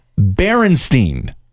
Berenstein